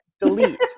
Delete